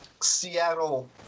Seattle